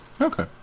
okay